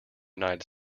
united